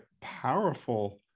powerful